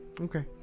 Okay